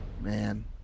man